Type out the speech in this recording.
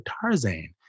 Tarzan